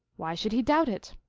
why should he doubt it?